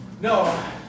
No